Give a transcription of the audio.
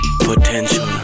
Potential